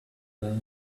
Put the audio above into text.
love